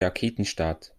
raketenstart